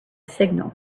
signal